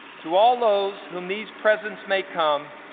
to all those whom these presents may come,